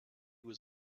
was